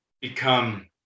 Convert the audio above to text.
become